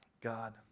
God